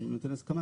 אם הוא נותן הסכמה,